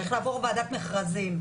צריך לעבור ועדת מכרזים.